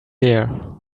here